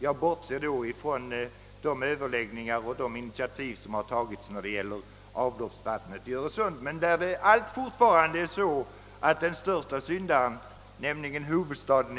Jag bortser då från de överläggningar som har förekommit och de initiativ som har tagits när det gäller avloppsvattnet i Öresund, där det dock fortfarande är så, att den största syndaren, nämligen huvudstaden